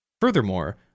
Furthermore